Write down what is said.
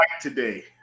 today